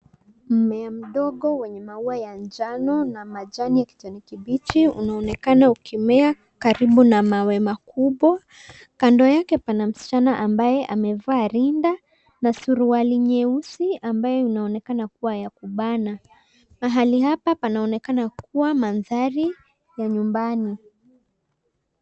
Mmea mdogo wenye maua ya njano na majani ya kijani kibichi unaonekana ukimea karibu na maua makubwa. Kando yake pana msichana ambaye amevaa rinda na suruali nyeusi ambayo inaonekana kuwa ya kubana. Mahali hapa panaonekana kuwa mandhari ya nyumbani.